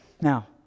Now